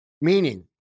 meaning